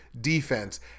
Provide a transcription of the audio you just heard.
defense